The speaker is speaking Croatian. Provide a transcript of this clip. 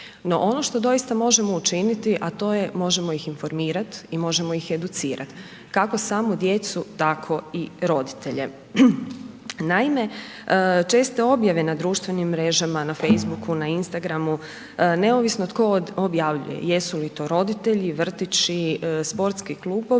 no ono što doista možemo učiniti a to je možemo ih informirat i možemo ih educirat kako samu djecu tako i roditelje. Naime, česte objave na društvenim mrežama, na Facebooku, Instagramu, neovisno tko objavljuje, jesu li to roditelji, vrtići, sportski klubovi,